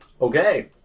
Okay